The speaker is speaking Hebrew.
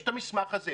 יש את המסמך הזה,